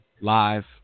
live